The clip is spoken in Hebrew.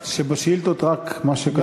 כבודו יסלח לי: בשאילתות, רק מה שכתוב.